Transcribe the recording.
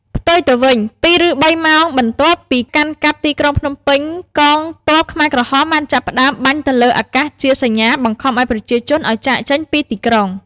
ផ្ទុយទៅវិញ ២ឬ៣ម៉ោងបន្ទាប់ពីកាន់កាប់ទីក្រុងភ្នំពេញ កងទ័ពខ្មែរក្រហមបានចាប់ផ្តើមបាញ់ទៅលើអាកាសជាសញ្ញាបង្ខំឱ្យប្រជាជនឱ្យចាកចេញពីទីក្រុង។